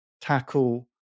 tackle